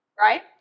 right